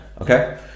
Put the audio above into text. okay